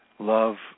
Love